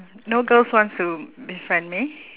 no girls wants to befriend me